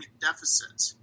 deficit